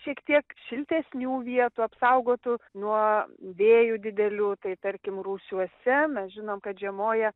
šiek tiek šiltesnių vietų apsaugotų nuo vėjų didelių tai tarkim rūsiuose mes žinom kad žiemoja